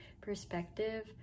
perspective